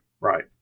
Right